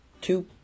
two